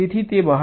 તેથી તે બહાર જશે